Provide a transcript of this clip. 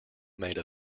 made